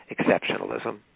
exceptionalism